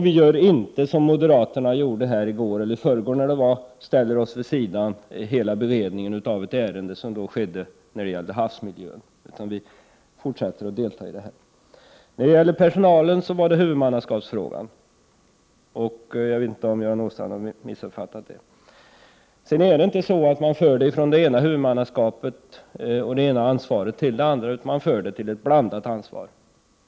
Vi gör inte som moderaterna gjorde i går eller i förrgår när det gällde havsmiljön, ställer oss vid sidan av hela beredningen av ett ärende, utan vi fortsätter att delta i arbetet. Vad beträffar personalen gällde det ju huvudmannaskapet. Jag vet inte om Göran Åstrand har missuppfattat det, men man för inte verksamheten från det ena huvudmannaskapet och det ena ansvaret till det andra, utan man för över till ett blandat ansvar.